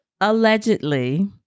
allegedly